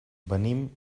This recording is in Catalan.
venim